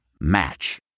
Match